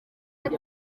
ati